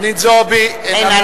אינה נוכחת ג'מאל זחאלקה, אינו